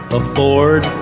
afford